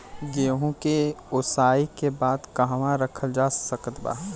गेहूँ के ओसाई के बाद कहवा रखल जा सकत बा?